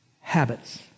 habits